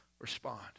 respond